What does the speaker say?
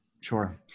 Sure